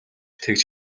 тэгж